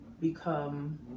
become